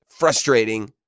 Frustrating